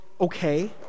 okay